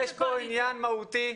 יש כאן עניין מהותי.